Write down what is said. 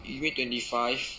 you mean twenty five